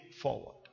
forward